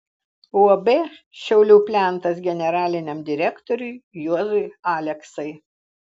uab šiaulių plentas generaliniam direktoriui juozui aleksai